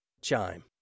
Chime